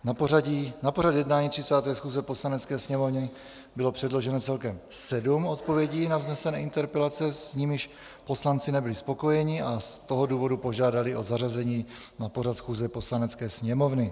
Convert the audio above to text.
Na pořad jednání 30. schůze Poslanecké sněmovny bylo předloženo celkem sedm odpovědí na vznesené interpelace, s nimiž poslanci nebyli spokojeni, a z toho důvodu požádali o zařazení na pořad schůze Poslanecké sněmovny.